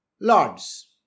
Lords